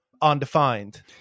undefined